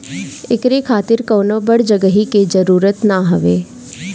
एकरी खातिर कवनो बड़ जगही के जरुरत ना हवे